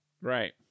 right